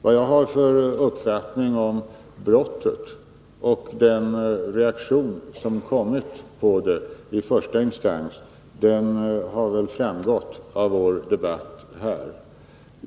Vad jag har för uppfattning om brottet och den reaktion som förekommit i första instans bör ha framgått av vår debatt här.